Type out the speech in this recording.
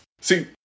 See